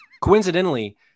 Coincidentally